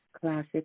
classic